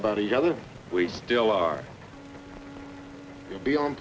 about each other we still are beyond